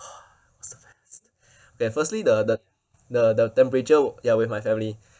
so fast okay firstly the the the the temperature ya with my family